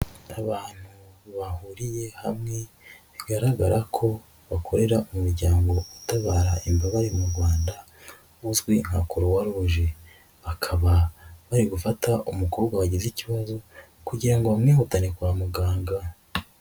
Abantu bahuriye hamwe bigaragara ko bakorera umuryango utabara imbabare mu Rwanda uzwi nka croix rouge bakaba bari gufata umukobwa wagize ikibazo kugira ngo bamwihutane kwa muganga.